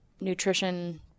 Nutrition